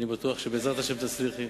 אני בטוח שבעזרת השם תצליחי.